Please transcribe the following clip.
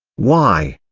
why?